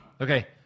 Okay